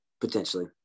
potentially